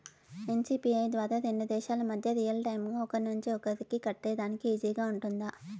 NCPI ద్వారా రెండు దేశాల మధ్య రియల్ టైము ఒకరి నుంచి ఒకరికి కట్టేదానికి ఈజీగా గా ఉంటుందా?